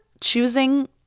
choosing